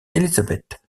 elisabeth